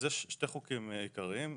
יש שני חוקים עיקריים.